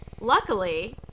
Luckily